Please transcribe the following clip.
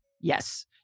yes